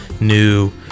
new